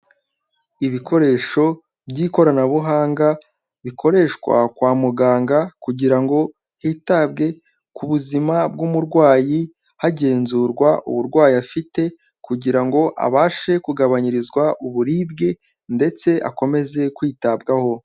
Ibikoresho by'ikoranabuhanga bikoreshwa kwa muganga kugira ngo hitabwe ku buzima bw'umurwayi, hagenzurwa uburwayi afite kugira ngo abashe kugabanyirizwa uburibwe, ndetse akomeze kwitabwaho.